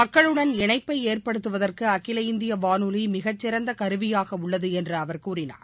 மக்களுடன் இணைப்பை ஏற்படுத்துவதற்கு அகில இந்திய வானொலி மிகசிறந்த கருவியாக உள்ளது என்று அவர் கூறினார்